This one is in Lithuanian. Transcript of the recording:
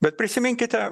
bet prisiminkite